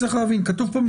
כן,